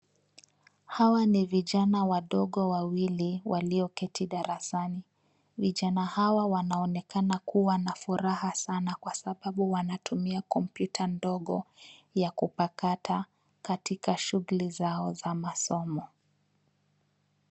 Hawa ni vijana wadogo wawili walioketi darasani. Vijana hawa wanaonekana kuwa na furaha sana kwa sababu wanatumia kompyuta ndogo ya kupakata katika shuguli zao za masomo.